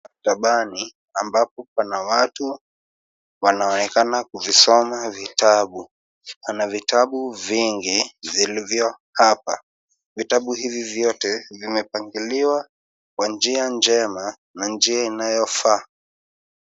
Maktabani ambapo kuna watu wanaonekana kuvisoma vitabu. Pana vitabu vingi vilivyo hapa. Vitabu hivi vyote vimepangiliwa kwa njia njema na njia inayofaa.